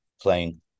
playing